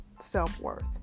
self-worth